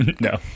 No